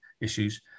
issues